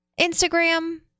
Instagram